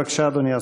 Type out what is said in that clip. בבקשה, אדוני השר.